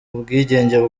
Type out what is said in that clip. ubwigenge